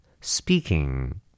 Speaking